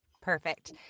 Perfect